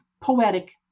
poetic